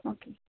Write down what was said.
okay